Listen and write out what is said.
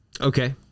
okay